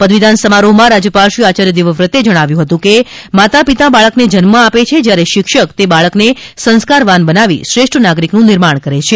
પદવીદાન સમારોહમાં રાજ્યપાલ શ્રી આચાર્ય દેવવ્રતે જણાવ્યું હતું કે માતાપિતા બાળકને જન્મ આપે છે જ્યારે શિક્ષક તે બાળકને સંસ્કારવાન બનાવી શ્રેષ્ઠ નાગરીકનું નિર્માણ કરે છે